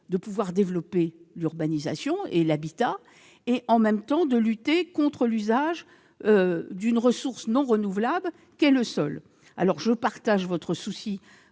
de pouvoir développer l'urbanisation et l'habitat ainsi que la volonté de lutter contre l'usage d'une ressource non renouvelable qu'est le sol. Je partage votre souci